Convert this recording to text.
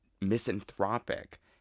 misanthropic